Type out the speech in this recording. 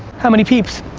how many peeps?